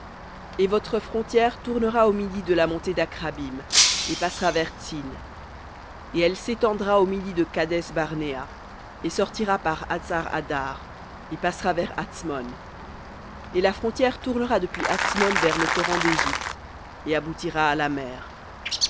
et votre frontière tournera au midi de la montée d'akrabbim et passera vers tsin et elle s'étendra au midi de kadès barnéa et sortira par hatsar addar et passera vers atsmon et la frontière tournera depuis atsmon vers le torrent d'égypte et aboutira à la mer